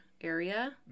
area